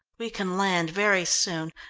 we can land very soon.